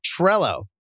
Trello